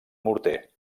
morter